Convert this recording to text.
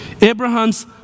Abraham's